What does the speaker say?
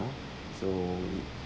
so